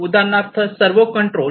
उदाहरणार्थ servo control